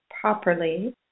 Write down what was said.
properly